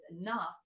enough